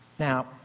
Now